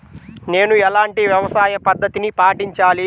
నేను ఎలాంటి వ్యవసాయ పద్ధతిని పాటించాలి?